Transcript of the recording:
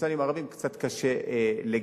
סוציאליים ערבים קצת קשה לגייס,